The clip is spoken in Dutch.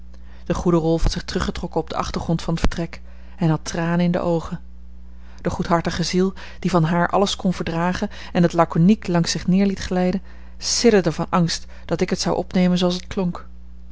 de goede rolf had zich teruggetrokken op den achtergrond van t vertrek en had tranen in de oogen de goedhartige ziel die van haar alles kon verdragen en het lakoniek langs zich neer liet glijden sidderde van angst dat ik het zou opnemen zooals het klonk